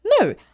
no